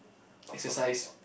exercise